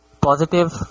positive